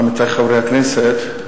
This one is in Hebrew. עמיתי חברי הכנסת,